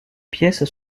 pièces